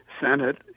Senate